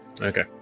okay